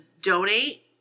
donate